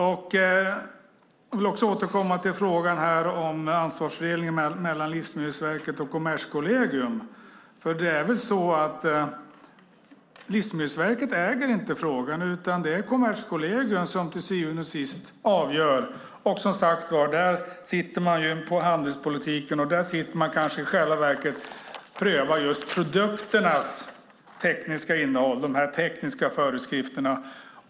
Jag vill också återkomma till frågan om ansvarsfördelningen mellan Livsmedelsverket och Kommerskollegium. Det är väl så att Livsmedelsverket inte äger frågan utan att det är Kommerskollegium som till syvende och sist avgör. Där sitter man, som sagt, på handelspolitiken, och prövar kanske i själva verket produkternas tekniska innehåll, de tekniska föreskrifterna.